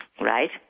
Right